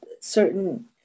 certain